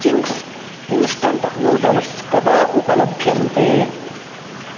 Ching's instant noodles कदा उपलभ्यन्ते